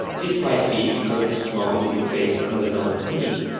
this might be because this mode is based on the note mi,